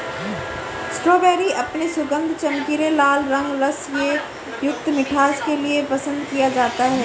strawberry अपने सुगंध, चमकीले लाल रंग, रस से युक्त मिठास के लिए पसंद किया जाता है